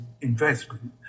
investment